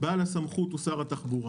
בעל הסמכות הוא שר התחבורה,